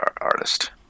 artist